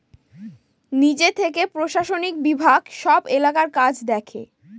নিজে থেকে প্রশাসনিক বিভাগ সব এলাকার কাজ দেখে